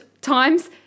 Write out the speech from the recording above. times